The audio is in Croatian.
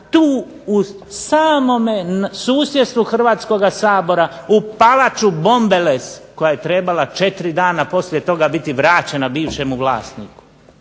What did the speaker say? tu u samome susjedstvu Hrvatskoga sabora, u palaču Bomb eles koja je trebala četiri dana poslije toga biti vraćena bivšem vlasniku.